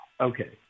Okay